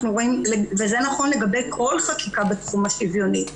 וזה נכון לגבי כל חקיקה בתחום השוויוני.